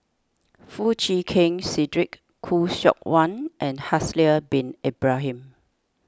Foo Chee Keng Cedric Khoo Seok Wan and Haslir Bin Ibrahim